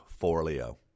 Forleo